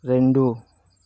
రెండు